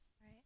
Right